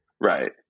right